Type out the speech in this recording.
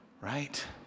right